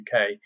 UK